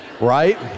Right